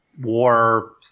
war